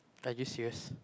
are you serious